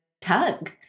tug